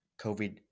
COVID